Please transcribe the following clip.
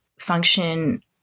function